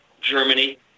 Germany